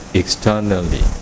externally